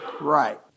Right